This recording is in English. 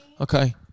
Okay